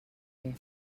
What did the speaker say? fer